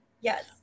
yes